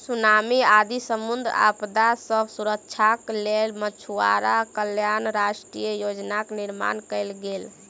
tsunami आदि समुद्री आपदा सॅ सुरक्षाक लेल मछुआरा कल्याण राष्ट्रीय योजनाक निर्माण कयल गेल